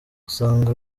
usanga